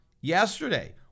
yesterday